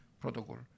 protocol